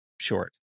short